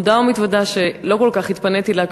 מודה ומתוודה שלא כל כך התפניתי אליו,